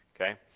Okay